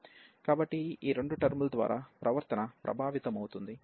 కాబట్టి ఈ రెండు టర్మ్ ల ద్వారా ప్రవర్తన ప్రభావితమవుతుంది